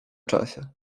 czasie